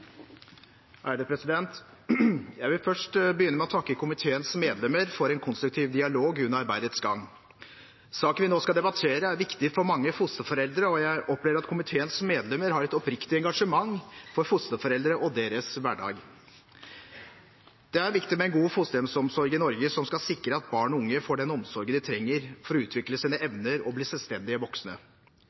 anses vedtatt. Jeg vil begynne med å takke komiteens medlemmer for en konstruktiv dialog under arbeidets gang. Saken vi nå skal debattere, er viktig for mange fosterforeldre, og jeg opplever at komiteens medlemmer har et oppriktig engasjement for fosterforeldre og deres hverdag. Det er viktig med en god fosterhjemsordning i Norge som skal sikre at barn og unge får den omsorgen de trenger for å utvikle sine evner og bli selvstendige voksne.